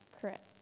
correct